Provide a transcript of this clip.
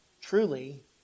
truly